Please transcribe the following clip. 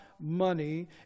money